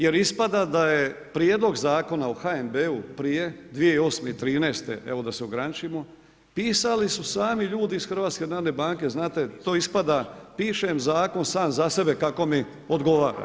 Jer ispada da je prijedlog Zakona o HNB-u prije 2008. i '13. evo da se ograničimo, pisali su sami ljudi iz HNB-a, znate, to ispada pišem zakon sam za sebe kako mi odgovara.